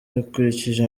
bakurikije